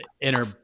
inner